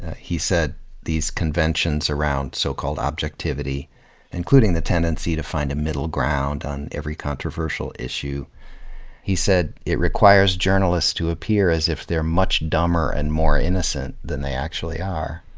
he said these conventions around so-called objectivity including the tendency to find a middle ground on every controversial issue he said it requires journalists to appear as if they're much dumber and more innocent than they actually are.